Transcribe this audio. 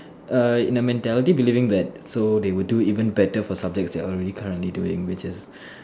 err in a mentality believing that so they will do even better for subject they are already currently doing which is